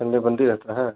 Sunday बंद ही रहता है